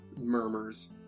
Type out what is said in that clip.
Murmurs